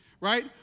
right